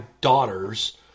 daughters